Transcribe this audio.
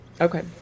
Okay